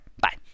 bye